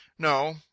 no